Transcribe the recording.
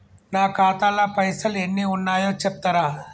నా ఖాతా లా పైసల్ ఎన్ని ఉన్నాయో చెప్తరా?